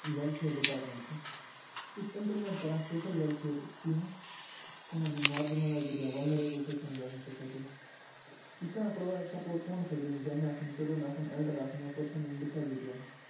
welfare department چھُ یہِ چھِ اِمپُلمٮ۪نٛٹ کَران سوشل ویلفیر سِکیٖمہٕ کٕمن یِم مارجنلیِزٕڈ یا ولنریٚبُل سیکشنٕز آسن سوسایٹی یہِ چھِ کَران پرٛووایڈ سپورٹ کٕمن خٲطرٕ یِم زَنہِ آسن چھِ چٕلڈرن آسن ایلڈر آسن یا پٔرسن یِم ڈِسیبُلٹی آسن